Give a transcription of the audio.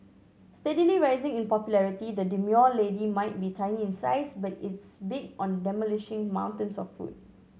steadily rising in popularity the demure lady might be tiny in size but its big on demolishing mountains of food